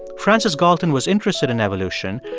francis galton was interested in evolution,